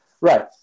right